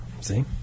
See